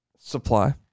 supply